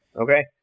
okay